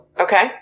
Okay